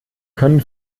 können